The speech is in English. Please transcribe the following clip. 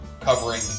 covering